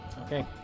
Okay